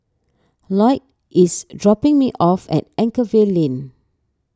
Loyd is dropping me off at Anchorvale Lane